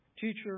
Teacher